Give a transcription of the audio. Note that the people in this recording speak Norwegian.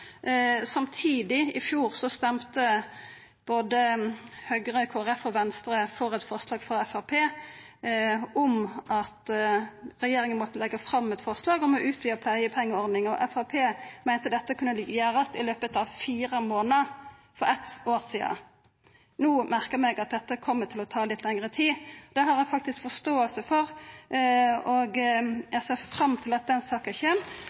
Samtidig, i fjor, stemte både Høgre, Kristeleg Folkeparti og Venstre for eit forslag frå Framstegspartiet om at regjeringa måtte leggja fram eit forslag om å utvida pleiepengeordninga. Framstegspartiet meinte at dette kunne gjerast i løpet av fire månader – for eitt år sidan. No merkar eg meg at dette kjem til å ta litt lengre tid, og det har eg faktisk forståing for. Eg ser fram til at den saka kjem,